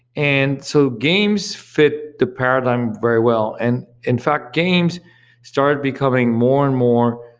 and so games fit the paradigm very well. and in fact, games started becoming more and more,